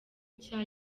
nshya